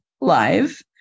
live